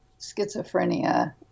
schizophrenia